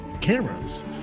cameras